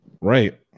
Right